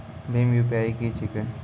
भीम UPI की छीके?